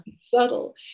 subtle